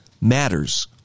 matters